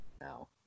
No